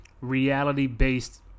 reality-based